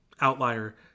outlier